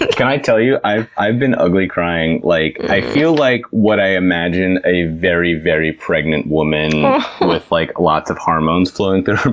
can i tell you? i i have been ugly crying, like, i feel like what i imagine a very, very pregnant woman with, like, lots of hormones flowing through.